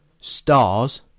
stars